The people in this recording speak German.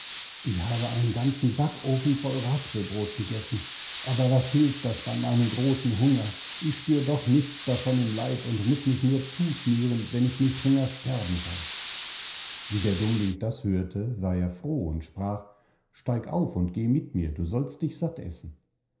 ich habe einen ganzen backofen voll raspelbrod gegessen aber was hilft das bei meinem großen hunger ich spür doch nichts davon im leib und muß mich nur zuschnüren wenn ich nicht hungers sterben soll wie der dummling das hörte war er froh und sprach steig auf und geh mit mir du sollst dich satt essen